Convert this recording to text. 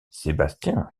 sebastian